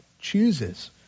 chooses